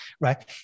right